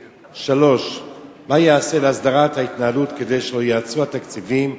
3. מה ייעשה להסדרת ההתנהלות כדי שלא ייעצרו התקציבים?